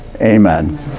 Amen